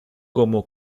como